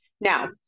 Now